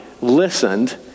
listened